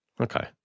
Okay